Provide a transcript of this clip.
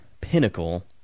pinnacle